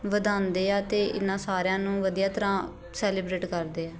ਵਧਾਉਂਦੇ ਆ ਅਤੇ ਇਹਨਾਂ ਸਾਰਿਆਂ ਨੂੰ ਵਧੀਆ ਤਰ੍ਹਾਂ ਸੈਲੀਬ੍ਰੇਟ ਕਰਦੇ ਹੈ